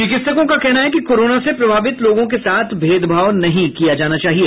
चिकित्सकों का कहना है कि कोरोना से प्रभावित लोगों के साथ भेदभाव नहीं किया जाना चाहिए